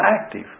active